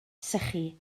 sychu